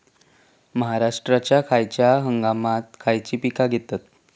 महाराष्ट्रात खयच्या हंगामांत खयची पीका घेतत?